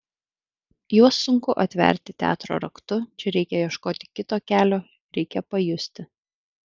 juos sunku atverti teatro raktu čia reikia ieškoti kito kelio reikia pajusti